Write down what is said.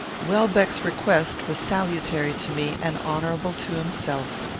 welbeck's request was salutary to me and honourable to himself.